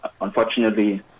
unfortunately